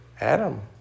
Adam